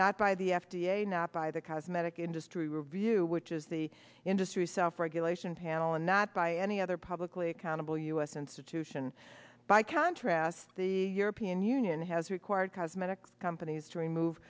not by the f d a not by the cosmetic industry review which is the industry self regulation panel and not by any other publicly accountable u s institution by contrast the european union has required cosmetic companies to remove